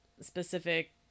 specific